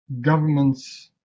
governments